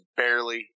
barely